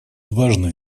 важных